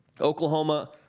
Oklahoma